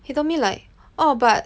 he told me like oh but